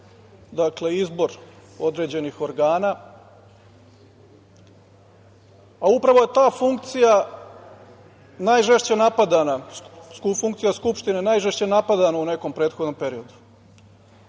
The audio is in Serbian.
- izbor određenih organa. Upravo je ta funkcija najžešće napadana, funkcija Skupštine, najžešće napadana u nekom prethodnom periodu.